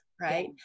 right